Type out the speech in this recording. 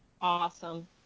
Awesome